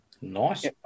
nice